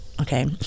Okay